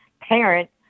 parent